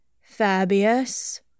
Fabius